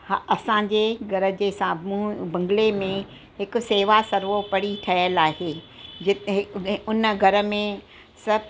हा असांजे घर जे साम्हूं बंगले में हिकु सेवा सर्वोपरि ठहियल आहे जिते हिक में उन घर में सभु